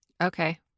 Okay